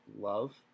love